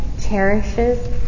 cherishes